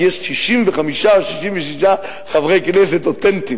כי יש 65, 66 חברי כנסת אותנטיים.